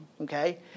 Okay